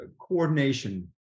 coordination